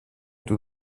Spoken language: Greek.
του